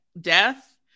death